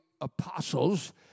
apostles